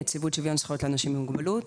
נציבות שוויון זכויות לאנשים עם מוגבלות.